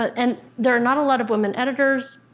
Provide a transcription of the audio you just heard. and there are not a lot of women editors,